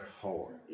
hard